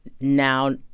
now